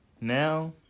Now